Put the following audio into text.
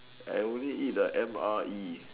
I only eat the M_R_E